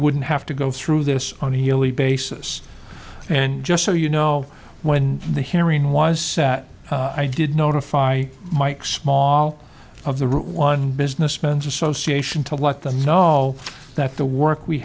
wouldn't have to go through this on a yearly basis and just so you know when the hearing was set i did notify my small of the room one businessman's association to let them know that the work we